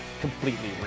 completely